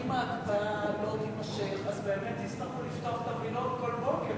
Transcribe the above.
כי אם ההקפאה לא תימשך אז באמת יצטרכו לפתוח את הווילון כל בוקר,